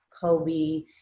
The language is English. Kobe